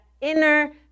inner